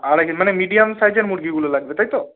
আড়াই কেজি মানে মিডিয়াম সাইজের মুরগিগুলো লাগবে তাই তো